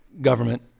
government